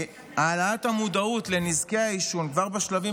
העלאת המודעות לנזקי העישון כבר בשלבים